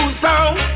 sound